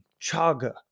chaga